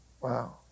Wow